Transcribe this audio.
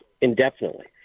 indefinitely